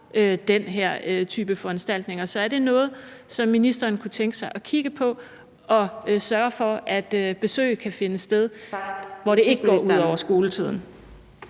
overforbruger vi også. Så er det noget, ministeren kunne tænke sig at kigge på og sørge for, altså at besøg kan finde sted på tidspunkter, hvor det ikke går ud over skoletiden?